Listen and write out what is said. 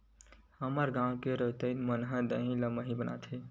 हमर गांव के रउतइन मन ह दही ले मही बनाथे